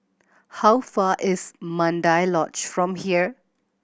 how far is Mandai Lodge from here